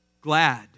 glad